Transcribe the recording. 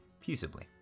peaceably